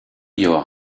your